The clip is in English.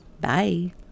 Bye